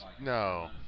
no